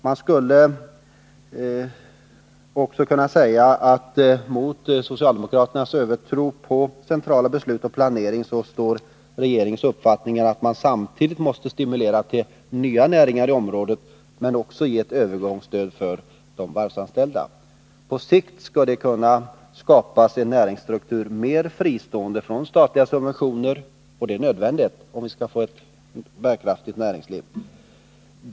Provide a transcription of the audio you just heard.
Man skulle också kunna säga att mot socialdemokraternas övertro på centrala beslut och central planering står regeringens uppfattning att man samtidigt måste stimulera till nya näringar i området men också ge ett övergångsstöd till de varvsanställda. På sikt skall det kunna skapas en näringsstruktur som är mer fristående från statliga subventioner, och det är nödvändigt, om vi skall få ett bärkraftigt näringsliv.